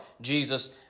Jesus